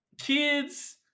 kids